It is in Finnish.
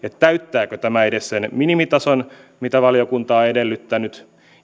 täyttääkö tämä edes sen minimitason mitä valiokunta on edellyttänyt